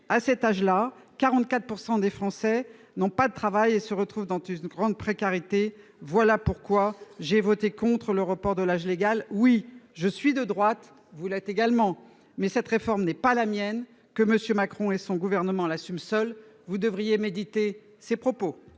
à ces âges, 44 % des Français n'ont pas de travail et se retrouvent dans une grande précarité. « Voilà pourquoi je n'ai pas voté l'article 7 sur le report de l'âge légal. « Oui je suis de droite, »- vous l'êtes également -« mais cette réforme n'est pas la mienne. Que M. Macron et son gouvernement l'assument seuls. » Vous devriez méditer ces propos.